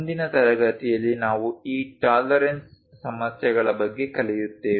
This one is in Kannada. ಮುಂದಿನ ತರಗತಿಯಲ್ಲಿ ನಾವು ಈ ಟಾಲರೆನ್ಸ್ ಸಮಸ್ಯೆಗಳ ಬಗ್ಗೆ ಕಲಿಯುತ್ತೇವೆ